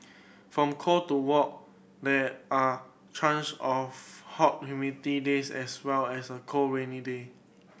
from cold to what there are choice of hot humid days as well as the cold rainy day